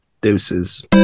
deuces